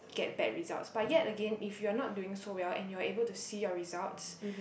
get bad results but yet again if you're not doing so well and you're able to see your results